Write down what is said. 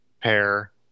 pair